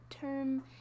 term